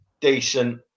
decent